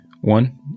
One